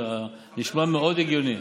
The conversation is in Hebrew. נשמע מאוד הגיוני.